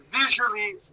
visually